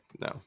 no